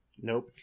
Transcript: Nope